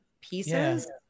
pieces